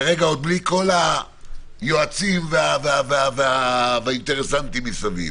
כרגע בלי יועצים ואינטרסנטים מסביב